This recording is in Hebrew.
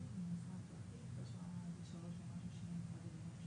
תשע ועשרה, מישהו מעביר פה מהר?